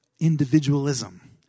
individualism